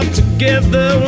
together